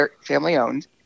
family-owned